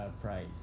price